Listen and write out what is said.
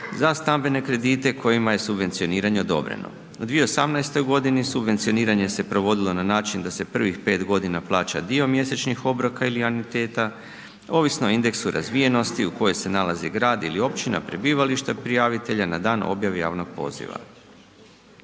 za stambene kredite kojima je subvencioniranje odobreno. U 2018. godini subvencioniranje se provodilo na način da se prvih 5 godina plaća dio mjesečnih obroka ili anuiteta, ovisno o indeksu razvijenosti u kojoj je nalazi grad ili općina prebivališta prijavitelja na dan objave javnog poziva.